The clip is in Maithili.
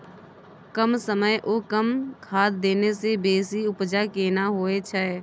कम समय ओ कम खाद देने से बेसी उपजा केना होय छै?